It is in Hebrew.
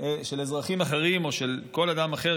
של אזרחים אחרים או של כל אדם אחר,